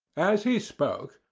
as he spoke,